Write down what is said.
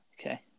Okay